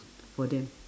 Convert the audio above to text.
for them